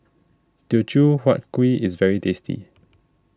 Teochew Huat Kuih is very tasty